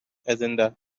agenda